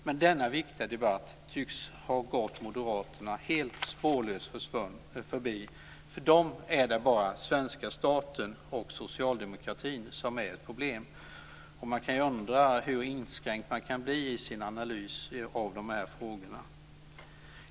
Men denna viktiga debatt tycks ha gått moderaterna helt spårlöst förbi. För dem är det bara svenska staten och socialdemokratin som är ett problem. Man kan undra hur inskränkt man kan bli i sin analys av de här frågorna.